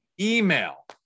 email